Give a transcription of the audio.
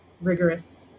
rigorous